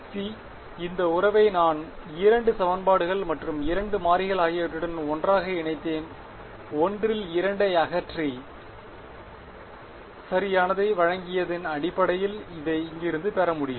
c இந்த உறவை நான் இரண்டு சமன்பாடுகள் மற்றும் இரண்டு மாறிகள் ஆகியவற்றுடன் ஒன்றாக இணைத்தேன் ஒன்றில் இரண்டை அகற்றி சரியானதை வழங்கியதன் அடிப்படையில் அதை இங்கிருந்து பெற முடியும்